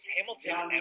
Hamilton